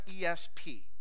ESP